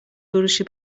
فروشی